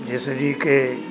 ਜਿਸਦੀ ਕੇ